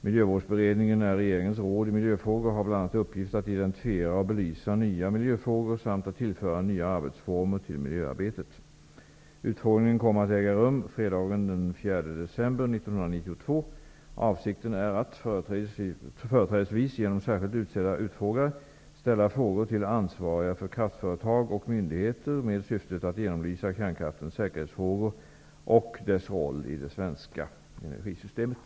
Miljövårdsberedningen är regeringens råd i miljöfrågor och har bl.a. till uppgift att identifiera och belysa nya miljöfrågor samt att tillföra nya arbetsformer till miljöarbetet. Utfrågningen kommer att äga rum fredagen den 4 december 1992. Avsikten är att, företrädesvis genom särskilt utsedda utfrågare, ställa frågor till ansvariga för kraftföretag och myndigheter med syftet att genomlysa kärnkraftens säkerhetsfrågor och dess roll i det svenska energisystemet.